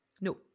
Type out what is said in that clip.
No